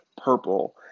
purple